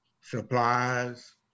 supplies